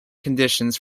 conditions